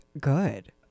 good